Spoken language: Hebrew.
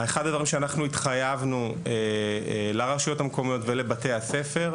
אחד הדברים שאנחנו התחייבנו לרשויות המקומיות ולבתי הספר,